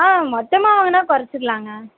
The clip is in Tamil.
ஆ மொத்தமாக வாங்கினா குறைச்சிக்கலாங்க